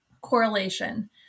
Correlation